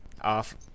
off